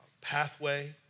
pathway